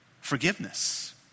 Forgiveness